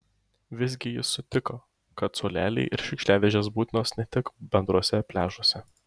vis gi jis sutiko kad suoleliai ir šiukšliadėžės būtinos ne tik bendruose pliažuose